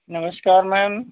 नमस्कार मैम